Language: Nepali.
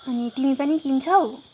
अनि तिमी पनि किन्छौ